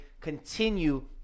continue